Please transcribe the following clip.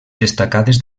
destacades